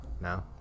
No